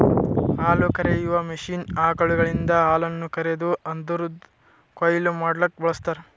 ಹಾಲುಕರೆಯುವ ಮಷೀನ್ ಆಕಳುಗಳಿಂದ ಹಾಲನ್ನು ಕರೆದು ಅದುರದ್ ಕೊಯ್ಲು ಮಡ್ಲುಕ ಬಳ್ಸತಾರ್